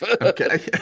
Okay